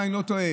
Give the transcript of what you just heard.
אם אני לא טועה,